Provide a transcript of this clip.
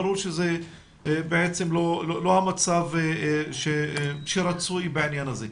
ברור שזה בעצם לא המצב שרצוי בעניין הזה.